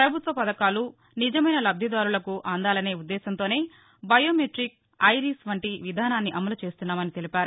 పభుత్వ పథకాలు నిజమైన లబ్దిదారుడుకు అందాలనే ఉద్దేశ్యంతోనే బయోమెటిక్ ఐరిస్ వంటి విధానాన్ని అమలు చేస్తున్నామని తెలిపారు